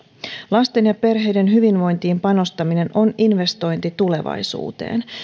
lasten ja perheiden hyvinvointiin panostaminen on investointi tulevaisuuteen